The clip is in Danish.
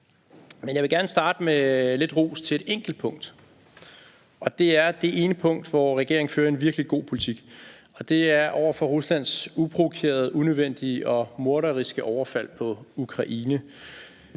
jeg vil gerne starte med lidt ros til et enkelt punkt, og det er det ene punkt, hvor regeringen fører en virkelig god politik: Det er over for Ruslands uprovokerede, unødvendige og morderiske overfald på Ukraine.